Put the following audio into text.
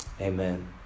Amen